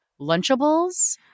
Lunchables